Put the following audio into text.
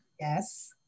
Yes